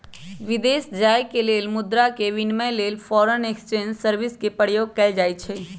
विदेश जाय के लेल मुद्रा के विनिमय लेल फॉरेन एक्सचेंज सर्विस के प्रयोग कएल जाइ छइ